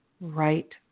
right